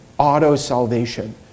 Auto-salvation